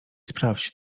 sprawdź